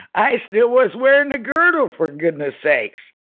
i still was wearing a girdle, for goodness sakes